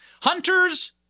Hunter's